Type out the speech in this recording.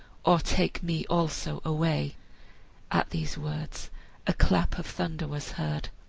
or take me also away at these words a clap of thunder was heard.